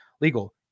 legal